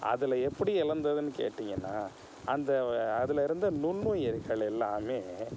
அதில் எப்படி இழந்ததுன்னு கேட்டிங்கனா அந்த அதில் இருந்த நுண்ணுயிர்கள் எல்லாமே